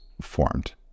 formed